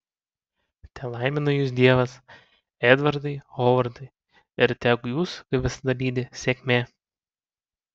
telaimina jus dievas edvardai hovardai ir tegu jus kaip visada lydi sėkmė